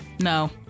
no